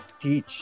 teach